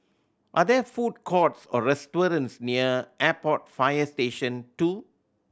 are there food courts or restaurants near Airport Fire Station Two